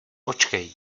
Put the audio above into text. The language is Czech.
počkej